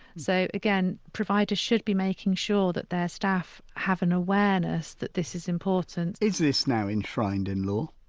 so again providers should be making sure that their staff have an awareness that this is important is this now enshrined in law?